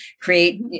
Create